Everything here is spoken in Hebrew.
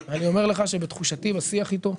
ואני אומר לך שבתחושתי בשיח איתו,